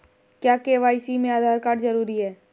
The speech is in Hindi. क्या के.वाई.सी में आधार कार्ड जरूरी है?